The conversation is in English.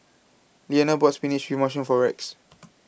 Lliana bought spinach with mushroom for Rex